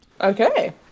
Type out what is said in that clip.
Okay